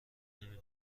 نمی